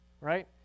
right